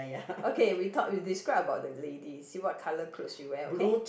okay we talk we describe about the lady see what colour clothes she wear okay